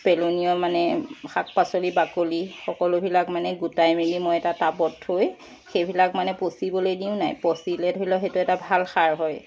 পেলনীয়া মানে শাক পাচলিৰ বাকলি সকলোবিলাক মানে গোটাই মেলি মই এটা টাবত থৈ সেইবিলাক মানে পঁচিবলৈ দিওঁ নাই পঁচিলে ধৰি লওক সেইটো এটা ভাল সাৰ হয়